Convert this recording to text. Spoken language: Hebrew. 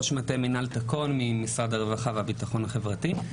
ראש מטה מנהל תקון ממשרד הרווחה והביטחון החברתי.